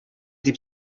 дип